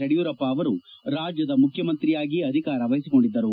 ಯಡಿಯೂರಪ್ಪ ಅವರು ರಾಜ್ಯದ ಮುಖ್ಯಮಂತ್ರಿಯಾಗಿ ಅಧಿಕಾರ ವಹಿಸಿಕೊಂಡಿದ್ದರು